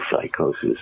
psychosis